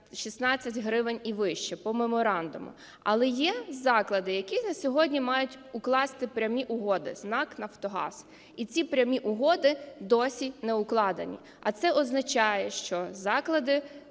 16 гривень і вище по меморандуму. Але є заклади, які на сьогодні мають укласти прямі угоди з НАК "Нафтогаз", і ці прямі угоди досі не укладені. А це означає, що заклади